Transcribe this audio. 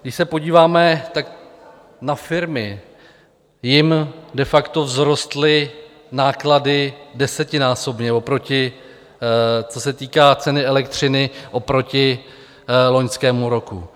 Když se podíváme na firmy, jim de facto vzrostly náklady desetinásobně, co se týká ceny elektřiny, oproti loňskému roku.